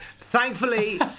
Thankfully